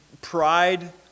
pride